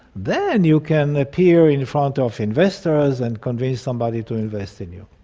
then you can appear in front of investors and convince somebody to invest in you.